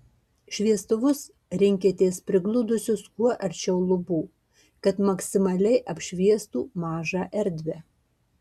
šviestuvus rinkitės prigludusius kuo arčiau lubų kad maksimaliai apšviestų mažą erdvę